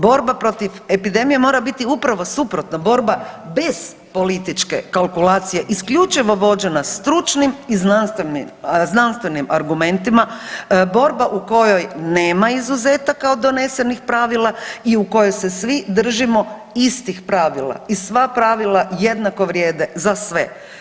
Borba protiv epidemije mora biti upravo suprotno, borba bez političke kalkulacije, isključivo vođena stručnim i znanstvenim argumentima, borba u kojoj nema izuzetaka od donesenih pravila i u kojoj se svi držimo istih pravila i sva pravila jednako vrijede za sve.